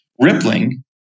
Rippling